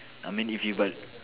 I mean if you but